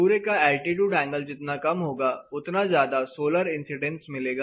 सूर्य का altitude angle जितना कम होगा उतना ज्यादा सोलर इंसीडेंस मिलेगा